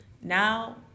Now